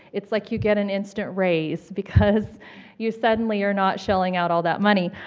it's like you get an instant raise because you suddenly are not shelling out all that money.